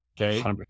Okay